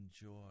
enjoy